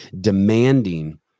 demanding